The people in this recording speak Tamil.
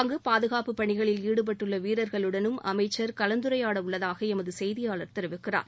அங்கு பாதுகாப்புப் பணிகளில் ஈடுபட்டுள்ள வீரர்களுடனும் அமைச்சர் கலந்துரையாட உள்ளதாக எமது செய்தியாளர் தெரிவிக்கிறார்